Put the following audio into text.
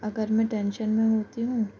اگر میں ٹینشن میں ہوتی ہوں